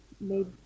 made